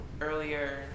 earlier